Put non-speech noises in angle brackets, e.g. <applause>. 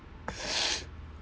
<breath>